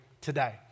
today